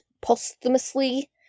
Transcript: posthumously